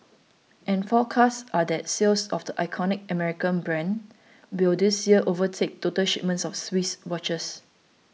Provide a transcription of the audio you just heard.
and forecasts are that sales of the iconic American brand will this year overtake total shipments of Swiss watches